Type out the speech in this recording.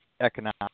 economic